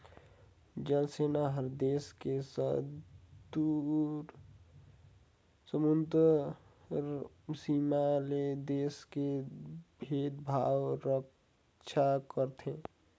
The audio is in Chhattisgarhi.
जल सेना हर देस के समुदरर सीमा ले देश के देखभाल रक्छा करथे